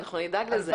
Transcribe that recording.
אנחנו נדאג לזה.